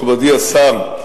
מכובדי השר,